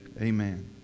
Amen